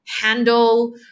handle